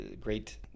great